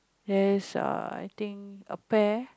there is err I think a pear